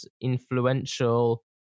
influential